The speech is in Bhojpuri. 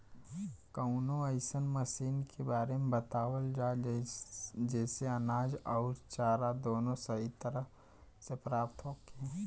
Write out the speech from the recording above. कवनो अइसन मशीन के बारे में बतावल जा जेसे अनाज अउर चारा दोनों सही तरह से प्राप्त होखे?